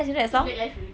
itu blair love good